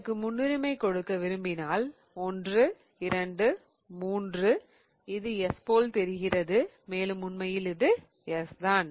இதற்கு முன்னுரிமை கொடுக்க விரும்பினால் 1 2 3 இது S போல் தெரிகிறது மேலும் உண்மையில் இது S தான்